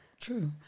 True